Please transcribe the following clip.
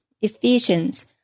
Ephesians